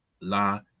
La